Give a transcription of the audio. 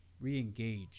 re-engage